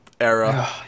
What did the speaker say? era